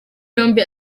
yombi